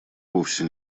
вовсе